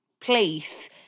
place